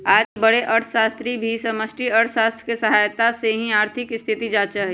आजकल बडे अर्थशास्त्री भी समष्टि अर्थशास्त्र के सहायता से ही आर्थिक स्थिति जांचा हई